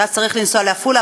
ואז צריך לנסוע לעפולה,